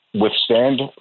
withstand